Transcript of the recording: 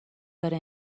داره